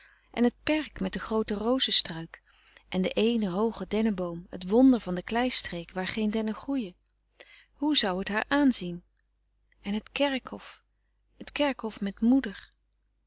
en het perk met de groote rozen struik en de eene hooge dennenboom het wonder van de klei streek waar geen dennen groeien hoe zou het haar aanzien en het kerkhof het kerkhof met moeder